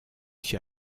s’y